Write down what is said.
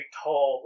tall